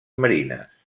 marines